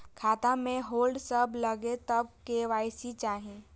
खाता में होल्ड सब लगे तब के.वाई.सी चाहि?